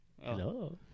Hello